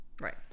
Right